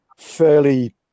Fairly